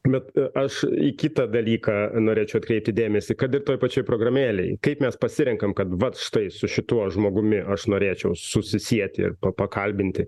bet aš į kitą dalyką norėčiau atkreipti dėmesį kad ir toj pačioj programėlėj kaip mes pasirenkam kad vat štai su šituo žmogumi aš norėčiau susisieti ir pa pakalbinti